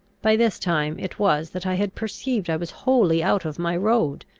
by this time it was that i had perceived i was wholly out of my road.